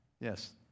Yes